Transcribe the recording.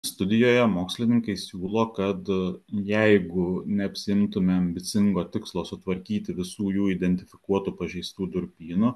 studijoje mokslininkai siūlo kad jeigu neapsiimtume ambicingo tikslo sutvarkyti visų jų identifikuotų pažeistų durpynų